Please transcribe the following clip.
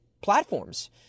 platforms